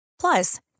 Plus